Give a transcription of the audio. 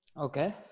okay